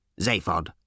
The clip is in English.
Zaphod